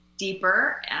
Deeper